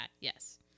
Yes